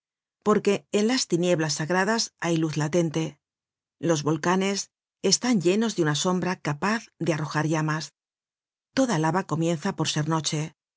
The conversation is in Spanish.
porque en las tinieblas sagradas hay luz latente los volcanes están llenos de una sombra capaz de arrojar llamas toda lava comienza por ser noche